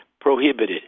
prohibited